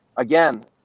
Again